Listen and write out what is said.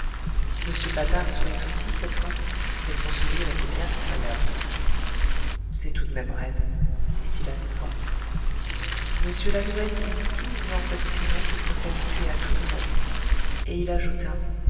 m patard sourit aussi cette fois mais son sourire était bien pitoyable c'est tout de même raide dit-il à mi-voix m lalouette émit timidement cette opinion qu'il faut s'habituer à tout dans la vie et il ajouta